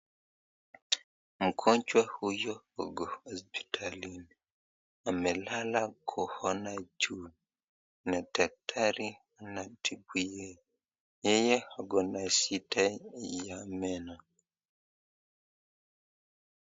Mgonjwa huyu ako hospitalini amelala kuona juu na daktari anatibu yeye, yeye ako na shida ya meno.